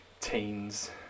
teens